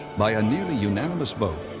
by a nearly unanimous vote,